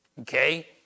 okay